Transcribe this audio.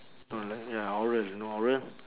no like ya oral you know oral